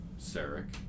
Sarek